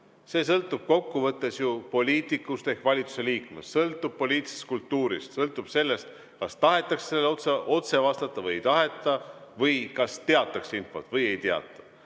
sõltub kokkuvõttes ju poliitikust ehk valitsuse liikmest, sõltub poliitilisest kultuurist, sõltub sellest, kas tahetakse sellele otse vastata või ei taheta, või kas teatakse infot või ei teata. Kalle